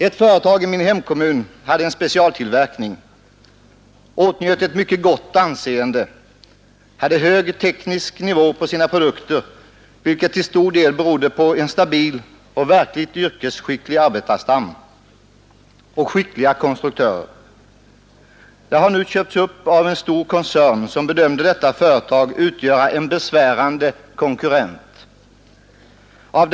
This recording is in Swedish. Ett företag i min hemkommun hade en specialtillverkning, åtnjöt ett mycket gott anseende och hade en hög teknisk nivå på sina produkter, vilket till stor del berodde på en stabil och verkligt yrkesskicklig arbetarstam samt skickliga konstruktörer. Företaget har nu köpts av en stor koncern som ansåg det utgöra en besvärande konkurrent.